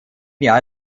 jahr